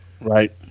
Right